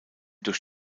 durch